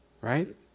Right